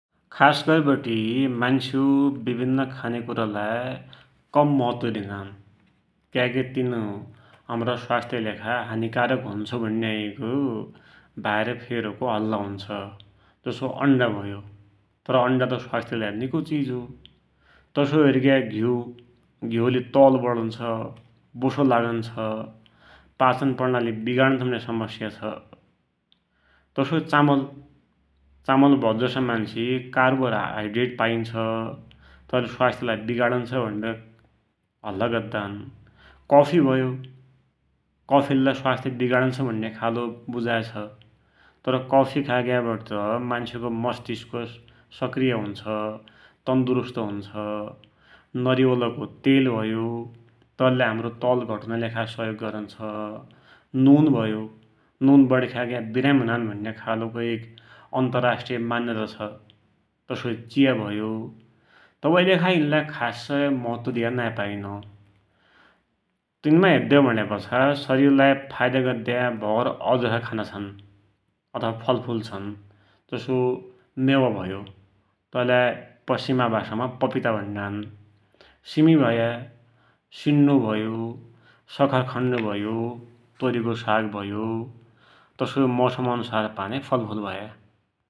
खास गरिवटी मान्सु विभिन्न खालका खान्याकुरालाई कम महत्व दिनान् । क्याकी तिन हमरा स्वास्थ्यकि लेखा हानीकारक हुन्छ भुण्या एक भाइरतिरको हल्ला हुन्छ । जसो अण्डा यभो, तर अण्डा त स्वास्थ्यकि लेखा निको चिज हो । तसोइ हेरिग्या घ्यु, घ्यु ले तौल बडुन्छ, बोसो लागुन्छ, पाचन प्रणाली विगाडुन्छ भुण्या समस्या छ । तसोइ चामल, चामल भौतजसा मान्सु कार्बोहाइड्रट पाइन्छ, तैले स्वास्थ्यालाई विगारुन्छ, भणिवटी हल्ला गद्दान । कफी भयो, कफीलेलै स्वास्थ्यालाई विगारुन्छ भुण्या बुझाइ छ, तर कफी खाइग्यात मान्सको कस्तिस्क सक्रिय हुन्छ, तन्दुरुस्त हुन्छ । नरिवलको तेल भयो, तैलेलै हमरो तौल घटुनाकी सहयोग गरुन्छ । नून भयो, नून बढी खाइग्या विरामी हुनान भुण्या खालको एक अन्तराष्ट्रिय मान्यता छ । तसोइ चिया भयो, तवैलेखा इनलाई खासै महत्व दिया नाइ पाइनो । यिनमा हेद्यौ भुण्यापाछा शरिरलाई फाइदा गद्या भौत औरजसा खाना छन्, अथवा फलफुल छन्ः जसो मेवा भयो, तैलाई पश्चिमका भाषामा पपिता भुण्णान । सीमि भया, सिन्डो भयो, सखरखण्ड भयो, तोरीको साग भयो, तसोइ मौसम अनुसार पाइन्या फलफुल भया ।